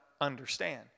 understand